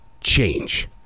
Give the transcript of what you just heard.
Change